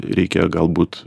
reikia galbūt